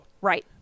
Right